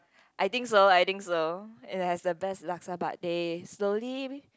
I think so I think so it has the best laksa but they slowly